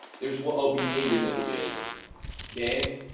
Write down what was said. there's what old behaviors, i think it is okay?